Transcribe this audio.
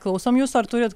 klausom jūsų ar turit